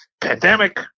pandemic